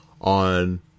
on